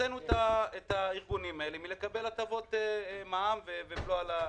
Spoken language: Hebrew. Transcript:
הוצאנו את הארגונים האלה מלקבל הטבות מע"מ ובלו על הדלק.